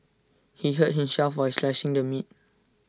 he hurt himself while slicing the meat